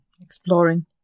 exploring